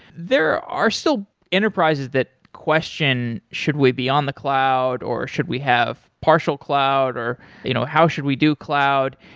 there are still enterprises that question, should we be on the cloud or should we have partial cloud? you know how should we do cloud?